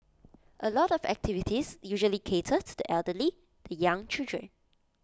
A lot of activities usually cater to the elderly the young children